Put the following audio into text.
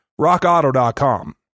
rockauto.com